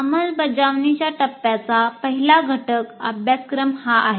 अंमलबजावणीच्या टप्प्याचा पहिला घटक अभ्यासक्रम हा आहे